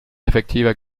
effektiver